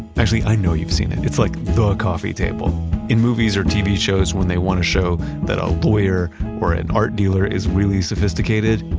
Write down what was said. actually i know you've seen it. it's like the coffee table in movies or tv shows when they want to show that a lawyer or an art dealer is really sophisticated,